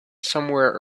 somewhere